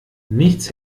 nichts